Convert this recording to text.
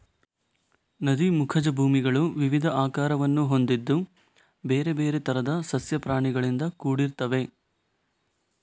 ನದಿ ಮುಖಜ ಭೂಮಿಗಳು ವಿವಿಧ ಆಕಾರವನ್ನು ಹೊಂದಿದ್ದು ಬೇರೆ ಬೇರೆ ತರದ ಸಸ್ಯ ಪ್ರಾಣಿಗಳಿಂದ ಕೂಡಿರ್ತವೆ